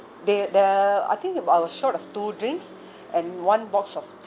they the I think I was short of two drinks and one box of